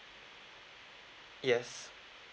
yes